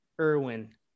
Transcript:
Irwin